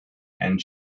and